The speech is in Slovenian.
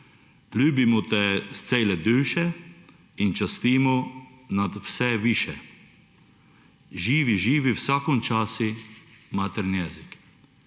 ljübimo te z cele düše i častimo nad vse više. Živi, živi v vsakem časi matern' jezik.